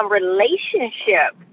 relationship